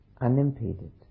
unimpeded